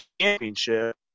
championship